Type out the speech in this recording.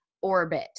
orbit